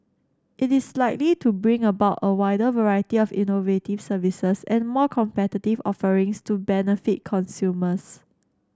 it is likely to bring about a wider variety of innovative services and more competitive offerings to benefit consumers